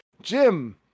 Jim